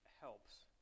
helps